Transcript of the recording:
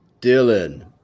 Dylan